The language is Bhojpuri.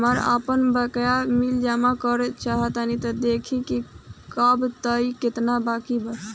हमरा आपन बाकया बिल जमा करल चाह तनि देखऽ के बा ताई केतना बाकि बा?